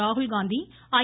Rahul Gandhi ஐ